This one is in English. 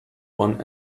one